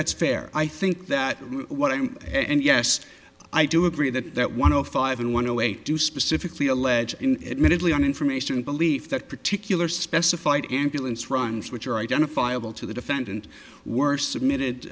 that's fair i think that what i am and yes i do agree that that one o five n one zero eight do specifically allege it minutely on information belief that particular specified ambulance runs which are identifiable to the defendant worst submitted